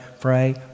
pray